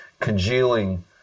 congealing